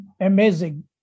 amazing